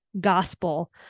gospel